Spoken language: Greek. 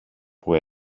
που